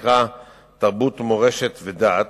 אשכול שנקרא "תרבות מורשת ודת",